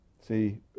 See